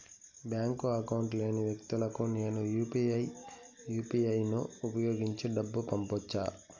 Bank account లేని వ్యక్తులకు నేను యు పి ఐ యు.పి.ఐ ను ఉపయోగించి డబ్బు పంపొచ్చా?